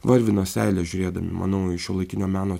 varvino seilę žiūrėdami manau į šiuolaikinio meno